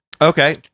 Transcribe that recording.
Okay